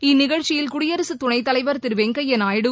இந்நிகழ்ச்சியில் குடியரசு துணைத்தலைவா் திரு வெங்கையா நாயுடு